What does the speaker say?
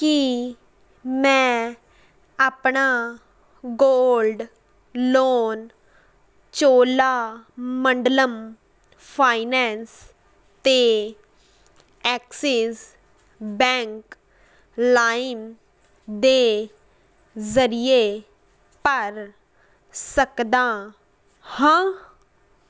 ਕੀ ਮੈਂ ਆਪਣਾ gold loan Cholamandalam finance ਅਤੇ ਐਕਸਿਸ ਬੈਂਕ ਲਾਇਮ ਦੇ ਜ਼ਰੀਏ ਭਰ ਸਕਦਾ ਹਾਂ